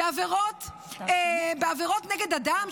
בעבירות נגד אדם,